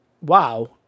wow